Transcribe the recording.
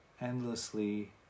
endlessly